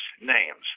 names